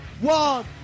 one